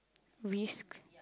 risk